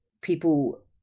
people